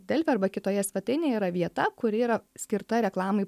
delfi arba kitoje svetainėje yra vieta kuri yra skirta reklamai